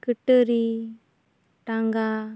ᱠᱟᱹᱴᱟᱹᱨᱤ ᱴᱟᱜᱟ